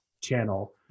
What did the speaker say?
channel